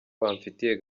bamfitiye